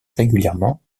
régulièrement